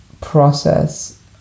process